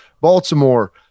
Baltimore